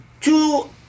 two